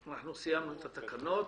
אנחנו סיימנו את התקנות.